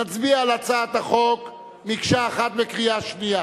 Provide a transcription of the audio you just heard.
נצביע על הצעת החוק כמקשה אחת בקריאה השנייה.